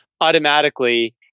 automatically